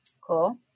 Cool